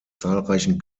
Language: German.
zahlreichen